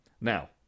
Now